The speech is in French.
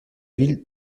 ville